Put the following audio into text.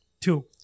Two